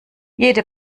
jede